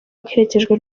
aherekejwe